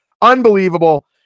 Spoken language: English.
unbelievable